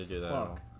Fuck